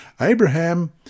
Abraham